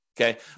Okay